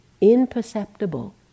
imperceptible